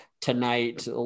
tonight